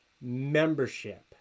membership